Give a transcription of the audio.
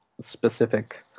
specific